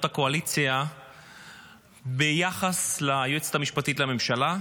הקואליציה ביחס ליועצת המשפטית לממשלה,